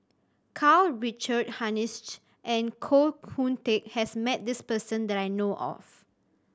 Karl Richard Hanitsch and Koh Hoon Teck has met this person that I know of